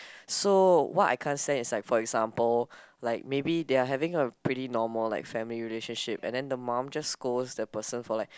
so what I can't say is like for example like maybe they are having a pretty normal like family relationship and then the mum just scolds the person for like